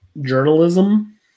journalism